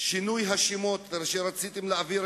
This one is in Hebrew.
שינוי השמות שרציתם להעביר